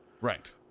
right